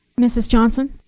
mrs. johnson.